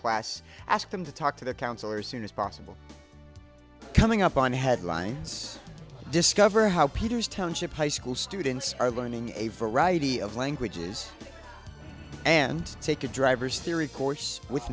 class ask them to talk to the counselors soon as possible coming up on the headlines discover how peters township high school students are learning a variety of languages and take a driver